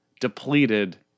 depleted